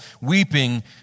weeping